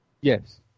yes